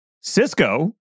Cisco